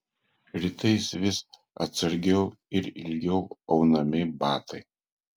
rytais vis atsargiau ir ilgiau aunami batai